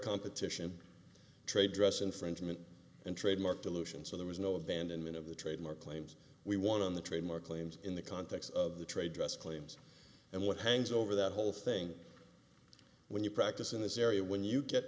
competition trade dress infringement and trademark dilution so there is no abandonment of the trademark claims we want on the trademark claims in the context of the trade dress claims and what hangs over that whole thing when you practice in this area when you get